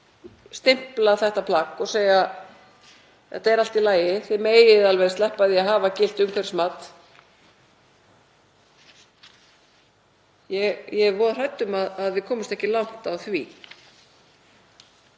Þetta er allt í lagi. Þið megið alveg sleppa því að hafa gilt umhverfismat. Ég er voða hrædd um að við komumst ekki langt á því